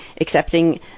accepting